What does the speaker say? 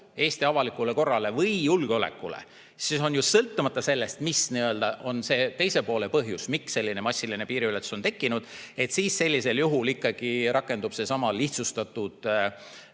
Eesti avalikule korrale või julgeolekule, siis ju sõltumata sellest, mis on teise poole põhjus, miks selline massiline piiriületus on tekkinud, ikkagi rakendub seesama lihtsustatud